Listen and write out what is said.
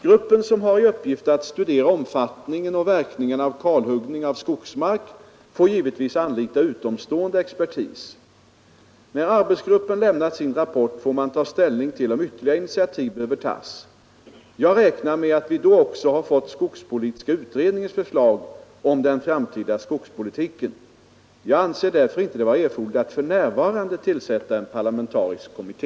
Gruppen som har i uppgift att studera omfattningen och verkningarna av kalhuggning av skogsmark får givetvis anlita utomstående expertis. När arbetsgruppen lämnat sin rapport får man ta ställning till om ytterligare initiativ behöver tas. Jag räknar med att vi då också har fått skogspolitiska utredningens förslag om den framtida skogspolitiken. Jag anser därför inte det vara erforderligt att för närvarande tillsätta en parlamentarisk kommitté.